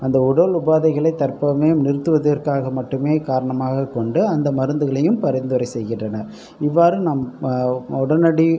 அந்த உடல் உபாதைகளை தர்ப்பமயம் நிறுத்துவதற்க்காக மட்டுமே காரணமாக கொண்டு அந்த மருந்துகளையும் பரிந்துரை செய்கின்றன இவ்வாறு நம் உடனடி